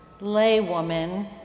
laywoman